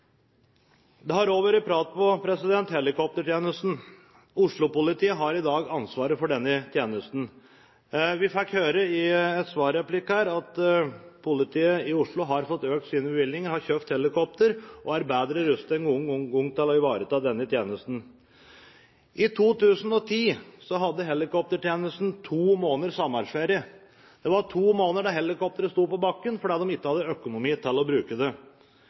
Det har også blitt pratet om helikoptertjenesten. Oslo-politiet har i dag ansvaret for denne tjenesten. Vi fikk høre i en svarreplikk her at politiet i Oslo har fått økt sine bevilgninger og har kjøpt helikopter og er bedre rustet enn noen gang til å ivareta denne tjenesten. I 2010 hadde helikoptertjenesten to måneders sommerferie. Det var to måneder helikopteret sto på bakken, fordi de ikke hadde økonomi til å bruke det.